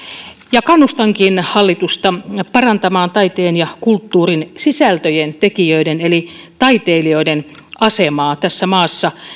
ja kannustankin hallitusta parantamaan taiteen ja kulttuurin sisältöjen tekijöiden eli taiteilijoiden asemaa tässä maassa